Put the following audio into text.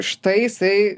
štai jisai